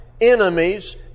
enemies